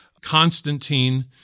Constantine